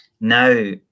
now